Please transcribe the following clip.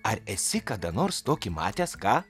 ar esi kada nors tokį matęs ką